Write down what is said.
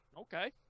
okay